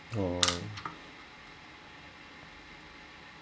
oh